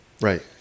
Right